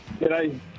G'day